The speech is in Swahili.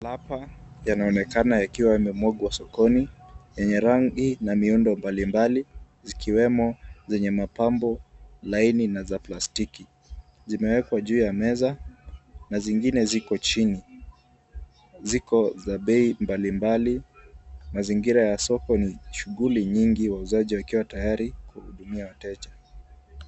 Lapa yanaonekana yakiwa yamemwaga sokoni yenye rangi na miundo mbali mbali zikiwemo zenye mapambo laini na za plastiki . Zimewekwa juu ya meza na zingine ziko chini. Ziko za bei mbali mbali. Mazingira ya soko ni ya shughuli nyingi wauzaji wakiwa tayari kuhudumia wateja.